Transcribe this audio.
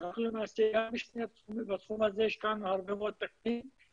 שאנחנו למעשה בתחום הזה השקענו הרבה מאוד תקציבים